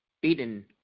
beaten